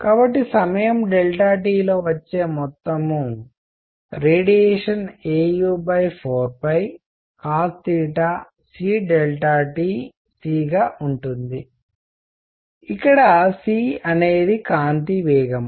కాబట్టి సమయం t లో వచ్చే మొత్తం రేడియేషన్ au4cosct c గా ఉంటుంది ఇక్కడ c అనేది కాంతి వేగం